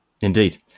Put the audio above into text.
Indeed